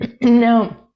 Now